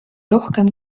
rohkem